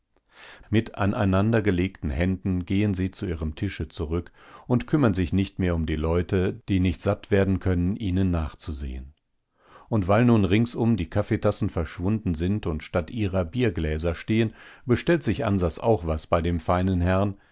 mit aneinandergelegten händen gehen sie zu ihrem tische zurück und kümmern sich nicht mehr um die leute die nicht satt werden können ihnen nachzusehen und weil nun ringsum die kaffeetassen verschwunden sind und statt ihrer biergläser stehen bestellt sich ansas auch was bei dem feinen herrn